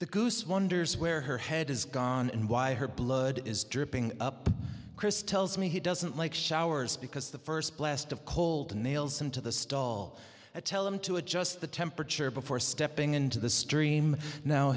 the goose wonders where her head is gone and why her blood is dripping up chris tells me he doesn't like showers because the first blast of cold nails into the stall to tell them to adjust the temperature before stepping into the stream now